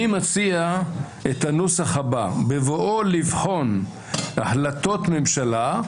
אני מציע את הנוסח הבא: "בבואו לבחון החלטות ממשלה,